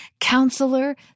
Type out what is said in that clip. Counselor